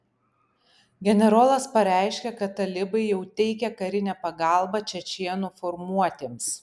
generolas pareiškė kad talibai jau teikia karinę pagalbą čečėnų formuotėms